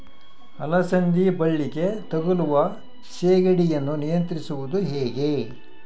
ಅಲಸಂದಿ ಬಳ್ಳಿಗೆ ತಗುಲುವ ಸೇಗಡಿ ಯನ್ನು ನಿಯಂತ್ರಿಸುವುದು ಹೇಗೆ?